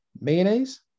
Mayonnaise